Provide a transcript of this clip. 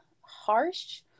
harsh